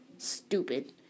Stupid